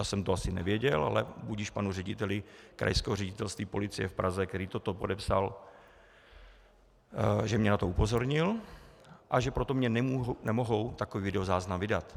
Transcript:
Já jsem to asi nevěděl, ale budiž panu řediteli Krajského ředitelství policie v Praze, který toto podepsal, dík, že mě na to upozornil, a že proto mi nemohou takový videozáznam vydat.